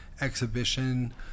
exhibition